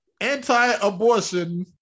anti-abortion